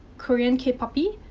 korean k-pop-y?